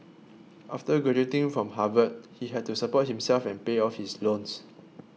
after graduating from Harvard he had to support himself and pay off his loans